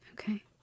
Okay